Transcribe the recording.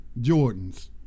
Jordans